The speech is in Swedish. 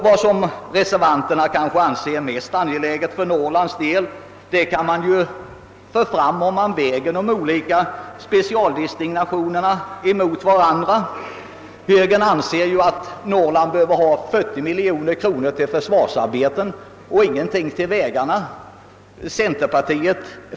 Vad reservanterna betraktar som mest angeläget för Norrlands del, kan man få fram genom att jämföra de olika specialdestinationerna med varandra. Högern anser ju att Norrland behöver ha 40 miljoner kronor till försvarsarbeten och ingenting till vägarna.